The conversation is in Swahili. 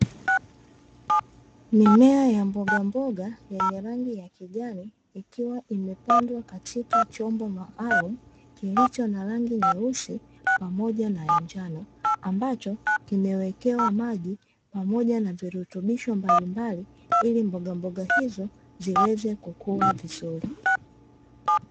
Mimea ya mboga mboga yenye rangi ya kijani ikiwa imepandwa katika chombo maalumu kilicho na rangi nyeusi pamoja na ya njano, ambacho kimewekewa maji pamoja na virutubisho mbalimbali ili mboga mboga hizo ziweze kukua vizuri.